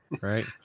right